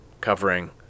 covering